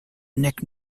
nick